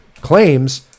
claims